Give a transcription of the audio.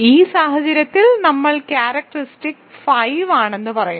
ഈ സാഹചര്യത്തിൽ നമ്മൾ ക്യാരക്റ്ററിസ്റ്റിക് 5 ആണെന്ന് പറയുന്നു